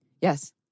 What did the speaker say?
Yes